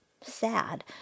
sad